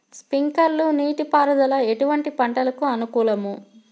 Sprinkler నీటిపారుదల ఎటువంటి పంటలకు అనుకూలము?